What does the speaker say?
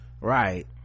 right